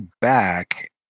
back